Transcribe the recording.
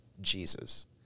Jesus